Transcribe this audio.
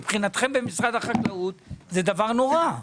מבחינתכם במשרד החקלאות זה דבר נורא.